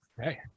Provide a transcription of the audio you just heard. okay